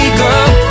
girl